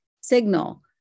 Signal